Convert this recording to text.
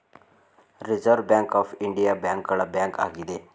reserve Bank of India ಬ್ಯಾಂಕುಗಳ bank ಆಗಿದೆ